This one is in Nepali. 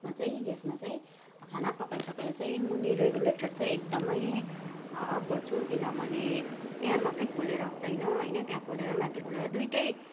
मा ग्यासमा चाहिँ खाना पकाइसकेर चाहिँ मुनि रेगुलेटर चाहिँ एकदमै अफ गर्छु किनभने त्यहाँ मात्रै खोलेर हुँदैन होइन त्यहाँ खोलेर माथि खोलेर दुईवटै